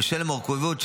ובשל המורכבויות,